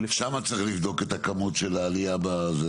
שם צריך לבדוק את הכמות של העלייה בזה,